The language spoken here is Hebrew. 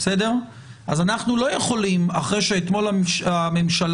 אז אנחנו לא יכולים אחרי שאתמול המשטרה